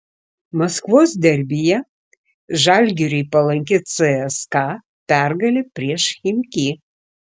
maskvos derbyje žalgiriui palanki cska pergalė prieš chimki